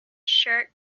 shirt